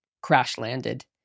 crash-landed